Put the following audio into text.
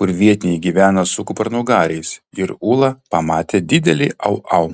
kur vietiniai gyvena su kupranugariais ir ūla pamatė didelį au au